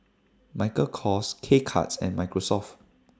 Michael Kors K Cuts and Microsoft